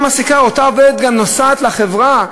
אותה עובדת נוסעת גם לחברה,